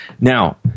Now